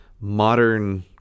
modern